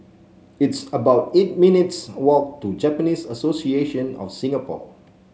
it's about eight minutes' walk to Japanese Association of Singapore